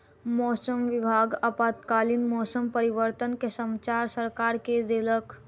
मौसम विभाग आपातकालीन मौसम परिवर्तन के समाचार सरकार के देलक